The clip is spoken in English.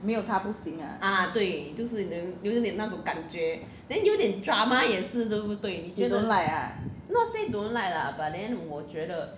没有他不行 ah you don't like ah